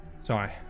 sorry